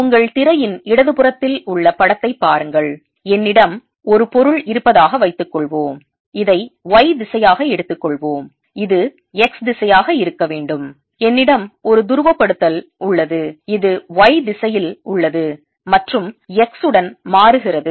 உங்கள் திரையின் இடது புறத்தில் உள்ள படத்தைப் பாருங்கள் என்னிடம் ஒரு பொருள் இருப்பதாக வைத்துக்கொள்வோம் இதை Y திசையாக எடுத்துக்கொள்வோம் இது X திசையாக இருக்க வேண்டும் என்னிடம் ஒரு துருவப்படுத்தல் உள்ளது இது Y திசையில் உள்ளது மற்றும் X உடன் மாறுகிறது